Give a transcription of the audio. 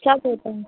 क्या कहते हैं